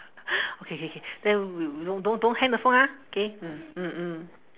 okay K K then we we don't don't hang the phone ah K mm mm mm